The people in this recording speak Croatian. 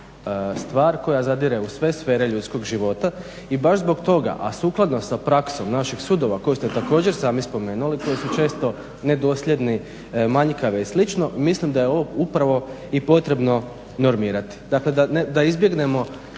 stvar koja zadire u sve sfere ljudskog života. I baš zbog toga, a sukladno sa praksom naših sudova koje ste također sami spomenuli koji su često nedosljedni, manjkavi i slično mislim da je ovo upravo i potrebno normirati. Dakle da izbjegnemo